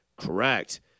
Correct